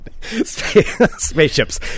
Spaceships